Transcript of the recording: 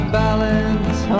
balance